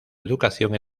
educación